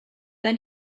then